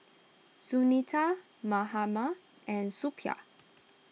Sunita Mahatma and Suppiah